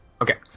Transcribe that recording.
Okay